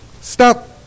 Stop